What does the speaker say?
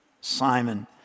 Simon